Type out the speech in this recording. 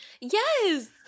Yes